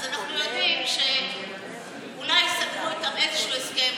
אז אנחנו יודעים שאולי סגרו איתם איזשהו הסכם,